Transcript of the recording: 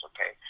okay